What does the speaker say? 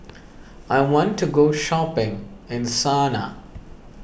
I want to go shopping in Sanaa